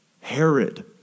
Herod